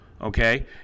okay